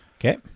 Okay